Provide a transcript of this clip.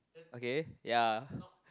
okay ya